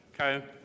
Okay